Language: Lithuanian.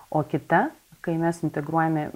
o kita kai mes integruojame